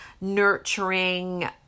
nurturing